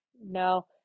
no